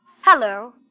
Hello